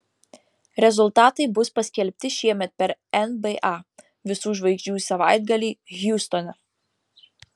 rezultatai bus paskelbti šiemet per nba visų žvaigždžių savaitgalį hjustone